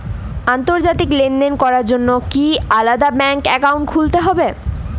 আন্তর্জাতিক লেনদেন করার জন্য কি আলাদা ব্যাংক অ্যাকাউন্ট খুলতে হবে?